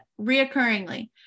reoccurringly